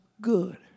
good